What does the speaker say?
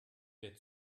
wer